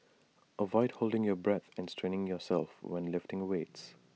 avoid holding your breath and straining yourself when lifting weights